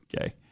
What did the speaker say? okay